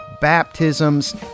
baptisms